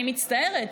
אני מצטערת,